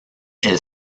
elle